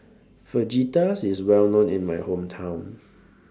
Fajitas IS Well known in My Hometown